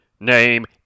Name